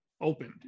opened